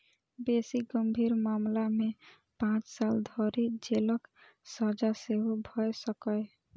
बेसी गंभीर मामला मे पांच साल धरि जेलक सजा सेहो भए सकैए